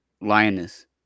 Lioness